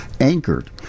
anchored